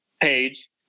page